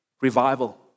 Revival